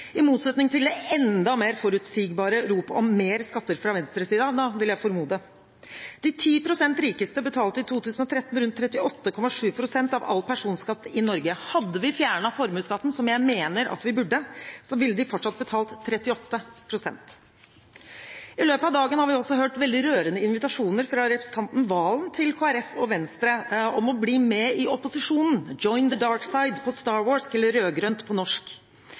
i motsetning til det enda mer forutsigbare ropet om mer skatter fra venstresiden, vil jeg formode. De 10 pst. rikeste betalte i 2013 rundt 38,7 pst. av all personskatt i Norge. Hadde vi fjernet formuesskatten, som jeg mener at vi burde, ville de fortsatt betalt 38 pst. I løpet av dagen har vi også hørt veldig rørende invitasjoner fra representanten Serigstad Valen til Kristelig Folkeparti og Venstre om å bli med i opposisjonen – «Join the Dark Side» på «Star Warsk», eller «rød-grønt» på norsk.